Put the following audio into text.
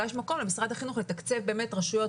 אולי יש מקום למשרד החינוך לתקצב רשויות,